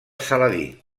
saladí